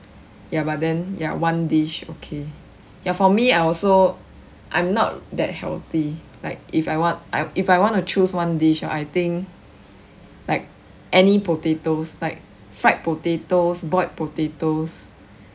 ya but then ya one dish okay ya for me I also I'm not that healthy like if I want I if I want to choose one dish ya I think like any potatoes like fried potatoes boiled potatoes